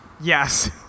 Yes